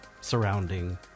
surrounding